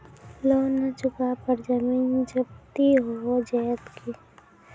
Loan न चुका पर जमीन जब्ती हो जैत की?